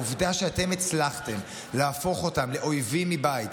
העובדה היא שאתם הצלחתם להפוך אותם לאויבים מבית,